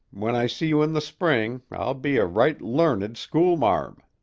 when i see you in the spring, i'll be a right learned school-marm.